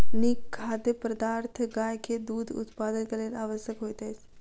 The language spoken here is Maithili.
नीक खाद्य पदार्थ गाय के दूध उत्पादनक लेल आवश्यक होइत अछि